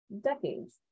decades